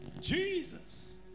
Jesus